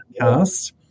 podcast